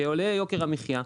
כשעולה יוקר המחייה,